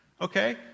Okay